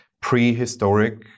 prehistoric